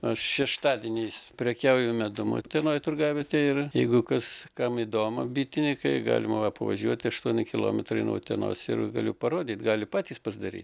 aš šeštadieniais prekiauju medum utenoj turgavietėj ir jeigu kas kam įdomu bitininkai galima va pavažiuoti aštuoni kilometrai nuo utenos ir galiu parodyt gali patys pasidaryt